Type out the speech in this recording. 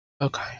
Okay